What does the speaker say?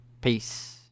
Peace